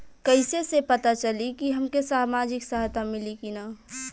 कइसे से पता चली की हमके सामाजिक सहायता मिली की ना?